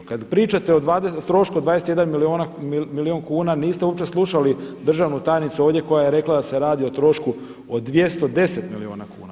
Kad pričate o trošku 21 milijun kuna niste uopće slušali državnu tajnicu ovdje koja je rekla da se radi o trošku o 210 milijuna kuna.